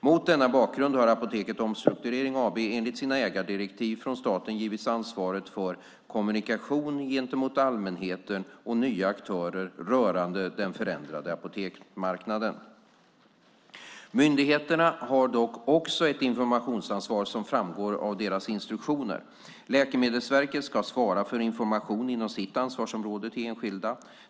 Mot denna bakgrund har Apoteket Omstrukturering AB enligt sina ägardirektiv från staten givits ansvaret för kommunikation gentemot allmänheten och nya aktörer rörande den förändrade apoteksmarknaden. Myndigheterna har dock även ett informationsansvar som framgår av deras instruktioner. Läkemedelsverket ska svara för information inom sitt ansvarsområde till enskilda.